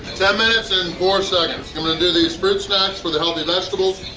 ten minutes and four seconds! i'm gonna do these fruit snacks for the healthy vegetables!